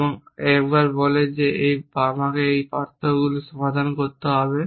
এবং একবার বলে যে আমাকে সেই পার্থক্যগুলি সমাধান করতে হবে